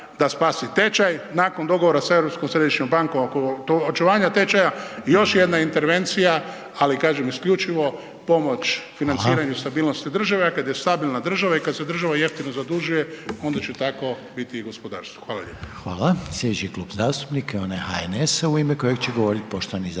da spasi tečaj, nakon dogovora sa Europskom središnjom bankom oko očuvanja tečaja, još jedna intervencija, ali kažem isključivo pomoć financiraju stabilnosti države, a kada je stabilna država i kada se država jeftino zadužuje onda će tako biti i gospodarstvo. Hvala lijepo.